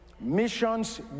Missions